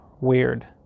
Weird